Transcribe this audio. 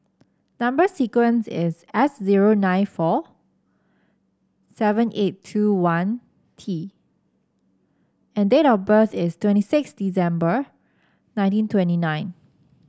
number sequence is S zero nine four seven eight two one T and date of birth is twenty six December nineteen twenty nine